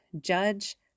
judge